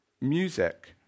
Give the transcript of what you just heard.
music